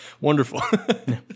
Wonderful